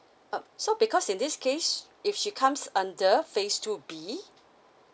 um so because in this case if she comes under phase two B